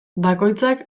bakoitza